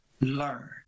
learn